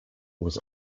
was